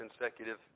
consecutive